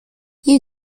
you